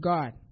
God